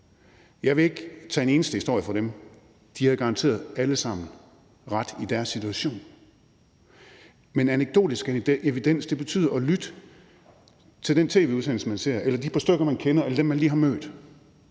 Jeg vil ikke tage en eneste historie fra dem; de havde garanteret alle sammen ret i deres situation. Men anekdotisk evidens betyder at lytte til den tv-udsendelse, man ser, eller de par stykker, man kender, eller dem, man lige har mødt.